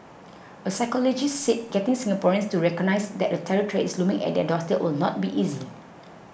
a psychologist said getting Singaporeans to recognise that a terror threat is looming at their doorstep will not be easy